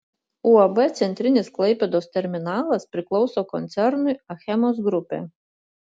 uab centrinis klaipėdos terminalas priklauso koncernui achemos grupė